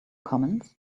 comments